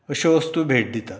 अश्यो वस्तू भेट दितात